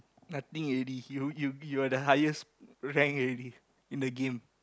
nothing already you you you are the highest rank already in the game